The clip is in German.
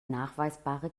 nachweisbare